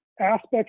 aspects